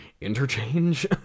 interchange